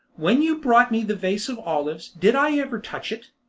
when you brought me the vase of olives did i ever touch it?